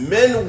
Men